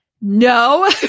No